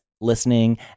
listening